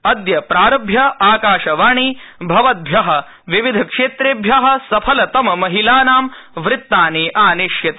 अद्य प्रारभ्य आकाशवाणी भवदृभ्य विविधक्षेत्रेभ्य सफलतममहिलानां वृत्तानि आनेष्यति